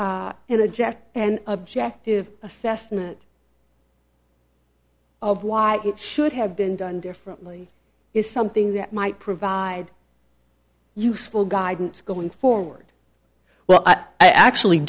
in a jeff and objective assessment of why you should have been done differently is something that might provide useful guidance going forward well i actually